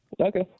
Okay